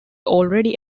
already